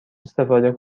استفاده